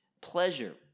pleasure